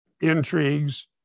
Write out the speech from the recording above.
intrigues